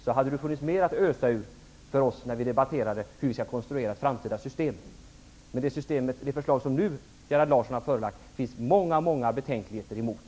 Då hade det funnits mer för oss att ösa ur när vi nu debatterar hur vi skall konstruera framtida system. Det förslag som Gerhard Larsson har presenterat finns det många betänkligheter mot.